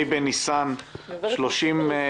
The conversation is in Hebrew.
ה' בניסן התש"פ,